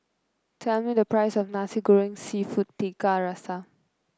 tell me the price of Nasi Goreng seafood Tiga Rasa